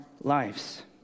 lives